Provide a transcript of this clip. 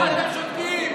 מה אתם שותקים?